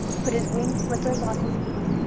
put his winged slippers on his feet,